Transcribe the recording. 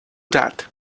that